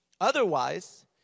Otherwise